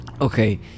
okay